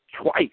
twice